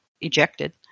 ejected